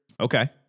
Okay